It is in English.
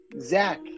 Zach